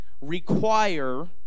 require